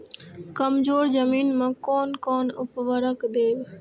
कमजोर जमीन में कोन कोन उर्वरक देब?